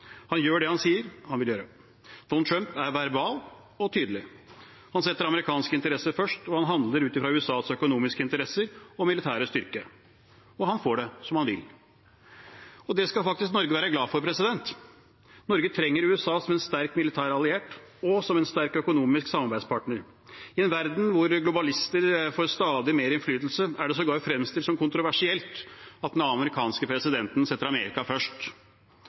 Han gjør det han sier han vil gjøre. Donald Trump er verbal og tydelig. Han setter amerikanske interesser først, og han handler ut fra USAs økonomiske interesser og militære styrke – og han får det som han vil. Det skal faktisk Norge være glad for. Norge trenger USA som en sterk militær alliert, og som en sterk økonomisk samarbeidspartner. I en verden hvor globalister får stadig mer innflytelse, er det sågar fremstilt som kontroversielt at den amerikanske presidenten setter Amerika først,